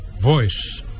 voice